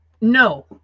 no